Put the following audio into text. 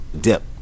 dip